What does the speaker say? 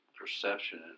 perception